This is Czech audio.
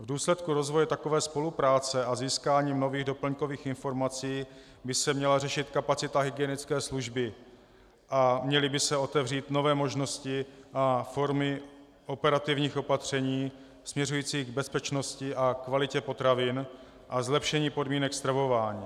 V důsledku rozvoje takové spolupráce a získání nových doplňkových informací by se měla řešit kapacita hygienické služby a měly by se otevřít nové možnosti a formy operativních opatření směřujících k bezpečnosti a kvalitě potravin a zlepšení podmínek stravování.